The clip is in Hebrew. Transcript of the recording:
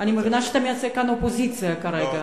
אני מבינה שאתה מייצג כאן אופוזיציה, כרגע,